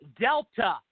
Delta